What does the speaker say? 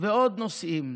ועוד נושאים,